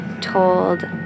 told